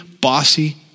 bossy